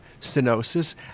stenosis